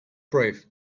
brief